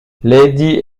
lady